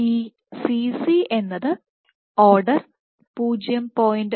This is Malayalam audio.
ഈ Cc എന്നത് ഓർഡർ 0